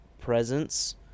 presence